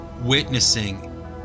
witnessing